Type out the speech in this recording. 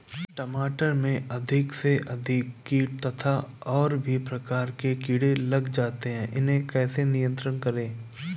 टमाटर में अधिक से अधिक कीट तथा और भी प्रकार के कीड़े लग जाते हैं इन्हें कैसे नियंत्रण करें?